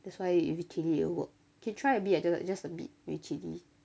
that's why if chilli it'll work can try a bit just a bit with chilli